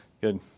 Good